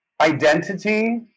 Identity